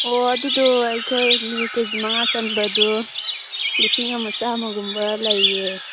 ꯑꯣ ꯑꯗꯨꯗꯣ ꯑꯩꯈꯣꯏꯅ ꯀꯦꯖꯤ ꯃꯉꯥ ꯆꯟꯕꯗꯨ ꯂꯤꯁꯤꯡ ꯑꯃ ꯆꯥꯝꯃꯒꯨꯝꯕ ꯂꯩꯌꯦ